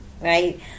right